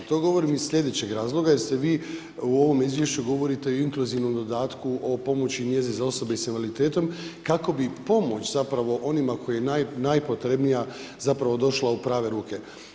To govorim iz slijedećeg razloga jer ste vi u ovom Izvješću govorite o inkluzivnom dodatku o pomoći i njezi za osobe s invaliditetom kako bi pomoć zapravo onima kojima je najpotrebnija zapravo došla u prave ruke.